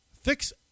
Fix